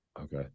Okay